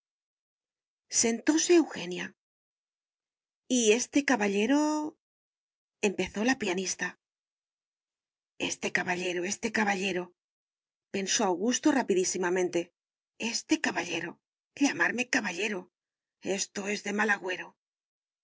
sentóse eugenia y este caballero empezó la pianista este caballero este caballero pensó augusto rapidísimamenteeste caballero llamarme caballero esto es de mal agüero